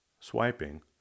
swiping